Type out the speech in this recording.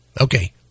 Okay